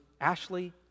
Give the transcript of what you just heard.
Ashley